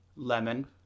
Lemon